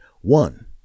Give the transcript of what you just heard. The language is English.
One